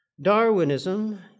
Darwinism